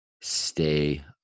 stay